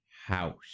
house